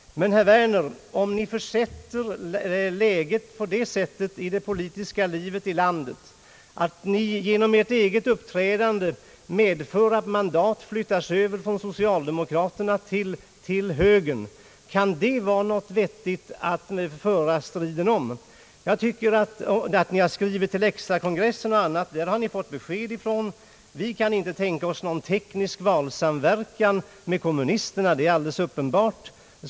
Men, herr Werner: Kan det vara vettigt att ni genom ert uppträdande åstadkommer att mandat flyttas över från socialdemokraterna till högern? Ni har skrivit till extrakongressen, och från den har ni fått besked. Vi kan inte tänka oss någon teknisk valsamverkan med kommunisterna. Det är alldeles uppenbart.